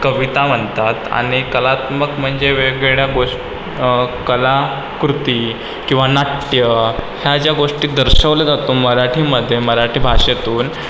कविता म्हणतात आणि कलात्मक म्हणजे वेगवेगळ्या गोष कलाकृती किंवा नाट्य ह्या ज्या गोष्टी दर्शवल्या जातो मराठीमध्ये मराठी भाषेतून